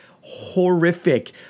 horrific